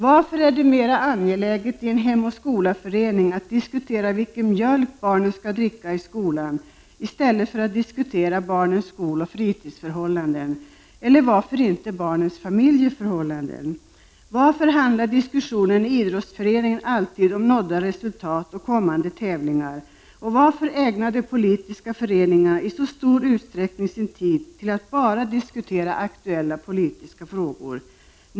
Varför är det mer angeläget i en Hem och skolaförening att diskutera vilken mjölk barnen skall dricka i skolan, i stället för att diskutera barnens skoloch fritidsförhållanden, eller varför inte barnens familjeförhållanden? Varför handlar alla diskussioner i idrottsföreningen alltid om nådda resultat och kommande tävlingar? Varför ägnar de politiska föreningarna i så stor utsträckning sin tid till att bara diskutera aktuella politiska frågor?